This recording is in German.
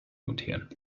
notieren